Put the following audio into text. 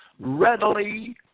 readily